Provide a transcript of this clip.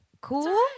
Cool